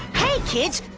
hey kids,